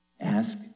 Ask